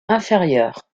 inférieur